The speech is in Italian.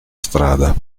strada